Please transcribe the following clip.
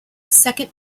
second